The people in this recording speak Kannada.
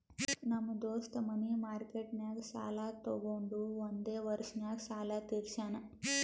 ನಮ್ ದೋಸ್ತ ಮನಿ ಮಾರ್ಕೆಟ್ನಾಗ್ ಸಾಲ ತೊಗೊಂಡು ಒಂದೇ ವರ್ಷ ನಾಗ್ ಸಾಲ ತೀರ್ಶ್ಯಾನ್